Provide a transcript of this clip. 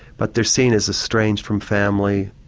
but they're seen as estranged from family,